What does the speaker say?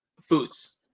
foods